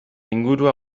ingurua